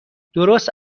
درست